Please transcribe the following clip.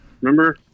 remember